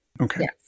Okay